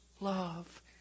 love